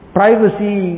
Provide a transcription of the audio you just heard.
privacy